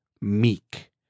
meek